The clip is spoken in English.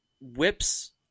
whips